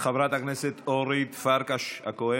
חברת הכנסת אורית פרקש-הכהן.